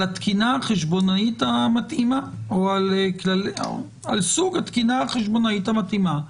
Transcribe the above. התקינה החשבונאית המתאימה או על סוג התקינה חשבונאית המתאימה".